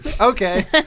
Okay